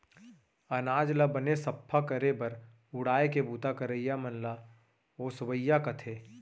अनाज ल बने सफ्फा करे बर उड़ाय के बूता करइया मन ल ओसवइया कथें